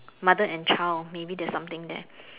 mother and child maybe there's something there